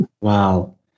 Wow